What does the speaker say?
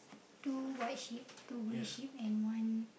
two white sheep two black sheep and one